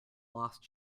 lost